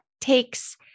takes